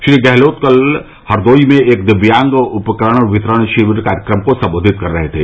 श्री गहलोत कल हरदोई में एक दिव्यांग उपकरण वितरण शिविर कार्यक्रम को सम्बोधित कर रहे थे